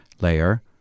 layer